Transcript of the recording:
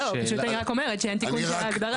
פשוט אני רק אומרת, שאין תיקון של ההגדרה.